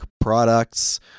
products